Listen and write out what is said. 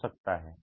खो सकता है